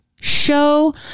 Show